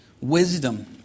wisdom